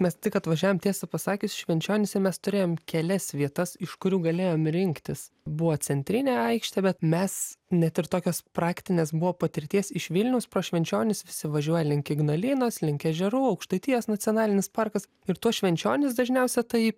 mes tik atvažiavom tiesą pasakius į švenčionis ir mes turėjom kelias vietas iš kurių galėjom rinktis buvo centrinė aikštė bet mes net ir tokios praktinės buvo patirties iš vilniaus pro švenčionis visi važiuoja link ignalinos link ežerų aukštaitijos nacionalinis parkas ir tuos švenčionis dažniausia tai